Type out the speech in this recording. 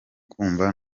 kumva